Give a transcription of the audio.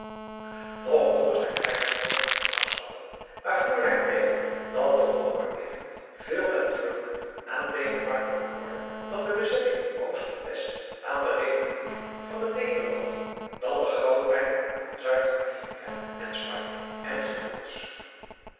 nog kon'er zijn reisgenoot niet van afstappen maar voerde hem tegen dat toch noorwegen veel natuurlijker aan denemarken behoorde dan de bezittingen in oost en west aan de republiek van de nederlanden dan de goudmijnen van zuid-amerika aan spanje